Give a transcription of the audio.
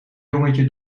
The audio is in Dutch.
jongetje